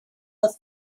the